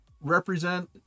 represent